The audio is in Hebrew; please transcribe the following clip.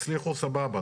תצליחו סבבה,